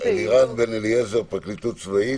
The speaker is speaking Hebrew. אלירן בן אליעזר, פרקליטות צבאית.